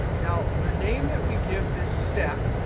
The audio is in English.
now the name that we give this step,